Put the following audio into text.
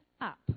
up